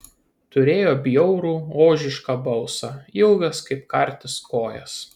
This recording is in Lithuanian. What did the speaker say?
turėjo bjaurų ožišką balsą ilgas kaip kartis kojas